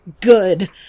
good